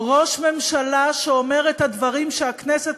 ראש ממשלה שאומר את הדברים שהכנסת